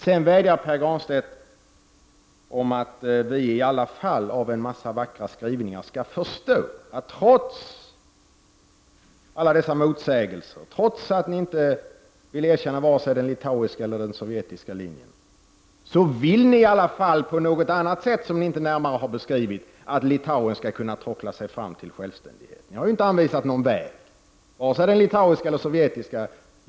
Sedan vädjar Pär Granstedt om att vi i alla fall av en mängd vackra skrivningar skall förstå att trots alla dessa motsägelser, trots att ni inte vill erkänna vare sig den litauiska eller den sovjetiska linjen, vill ni i alla fall på något annat sätt, som ni inte närmare har beskrivit, att Litauen skall kunna tråckla sig fram till självständighet. Ni har inte anvisat någon väg, varken den litauiska eller den sovjetiska.